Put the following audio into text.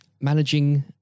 managing